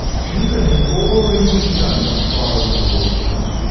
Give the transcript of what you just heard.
jupiter has already begun to spiral in towards the sun.